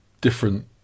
different